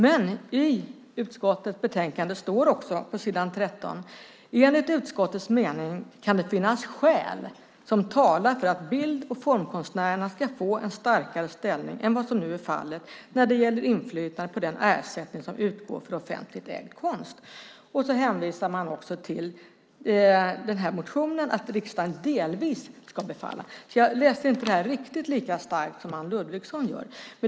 Men i utskottets betänkande står också, på s. 13: "Enligt utskottets mening kan det finnas skäl som talar för att bild och formkonstnärerna ska få en starkare ställning än vad som nu är fallet när det gäller inflytandet på den ersättning som utgår för offentligt ägd konst." Sedan hänvisar man till motionen och säger att riksdagen delvis ska bifalla. Jag läser alltså inte det här riktigt lika starkt som Anne Ludvigsson gör.